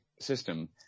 system